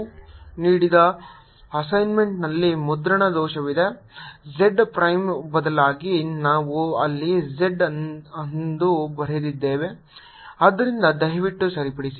ನಾವು ನೀಡಿದ ಅಸೈನ್ಮೆಂಟ್ನಲ್ಲಿ ಮುದ್ರಣ ದೋಷವಿದೆ z ಪ್ರೈಮ್ ಬದಲಿಗೆ ನಾವು ಅಲ್ಲಿ z ಎಂದು ಬರೆದಿದ್ದೇವೆ ಆದ್ದರಿಂದ ದಯವಿಟ್ಟು ಸರಿಪಡಿಸಿ